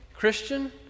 Christian